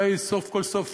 הרי סוף כל סוף